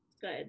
Good